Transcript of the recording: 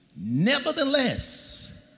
Nevertheless